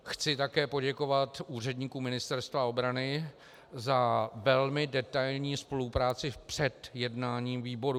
Chci také poděkovat úředníkům Ministerstva obrany za velmi detailní spolupráci před jednáním výboru.